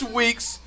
week's